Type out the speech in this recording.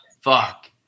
Fuck